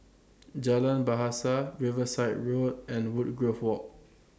Jalan Bahasa Riverside Road and Woodgrove Walk